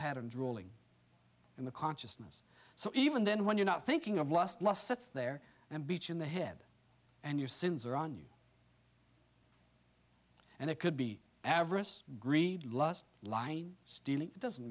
patterns rolling in the consciousness so even then when you're not thinking of lust lust sits there and beach in the head and your sins are on you and it could be avarice greed lust line stealing it doesn't